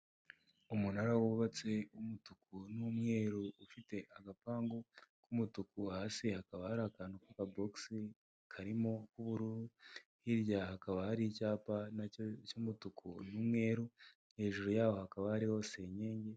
Umunara wubatse w'umutuku n'umweru, ufite agapangu k'umutuku, hasi hakaba hari akantu kakabogisi karimo ubururu hirya hakaba hari icyapa nacyo cy'umutuku n'umweru hejuru yaho hakaba hariho senyenge.